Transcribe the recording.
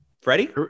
Freddie